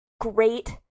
great